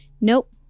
Nope